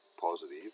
positive